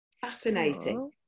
fascinating